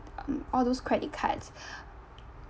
um all those credit cards